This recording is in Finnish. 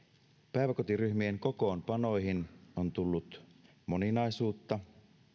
päiväkotiryhmien kokoonpanoihin on tullut moninaisuutta